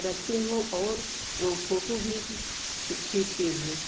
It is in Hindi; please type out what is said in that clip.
रखती हूँ और फोटो भी खींचती हूँ